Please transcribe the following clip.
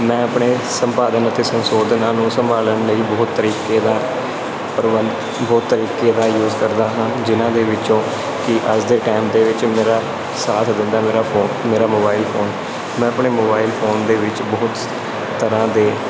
ਮੈਂ ਆਪਣੇ ਸੰਪਾਦਨ ਅਤੇ ਸੰਸ਼ੋਧਨਾਂ ਨੂੰ ਸੰਭਾਲਣ ਲਈ ਬਹੁਤ ਤਰੀਕੇ ਦਾ ਪ੍ਰਬੰਧ ਬਹੁਤ ਤਰੀਕੇ ਦਾ ਯੂਜ ਕਰਦਾ ਹਾਂ ਜਿਨ੍ਹਾਂ ਦੇ ਵਿੱਚੋਂ ਕਿ ਅੱਜ ਦੇ ਟੈਮ ਦੇ ਵਿੱਚ ਮੇਰਾ ਸਾਥ ਦਿੰਦਾ ਮੇਰਾ ਫੋਨ ਮੇਰਾ ਮੋਬਾਈਲ ਫੋਨ ਮੈਂ ਆਪਣੇ ਮੋਬਾਈਲ ਫੋਨ ਦੇ ਵਿੱਚ ਬਹੁਤ ਤਰ੍ਹਾਂ ਦੇ